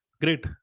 great